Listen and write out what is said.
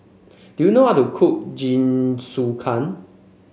do you know how to cook Jingisukan